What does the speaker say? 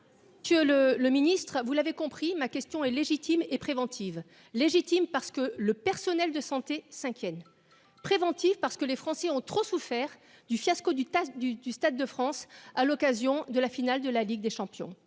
Que le, le ministre, vous l'avez compris ma question est légitime et préventive légitime parce que le personnel de santé s'inquiètent. Préventif, parce que les Français ont trop souffert du fiasco du test du du Stade de France à l'occasion de la finale de la Ligue des champions.